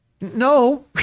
No